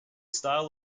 style